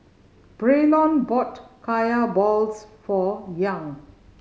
Braylon bought Kaya balls for Young